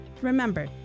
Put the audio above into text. remember